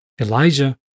Elijah